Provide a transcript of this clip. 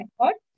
record